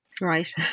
Right